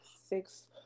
six-